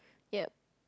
ya